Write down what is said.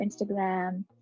Instagram